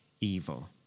evil